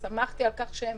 ושמחתי על כך שהם